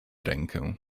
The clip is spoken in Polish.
rękę